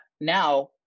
now